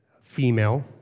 female